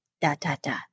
Da-da-da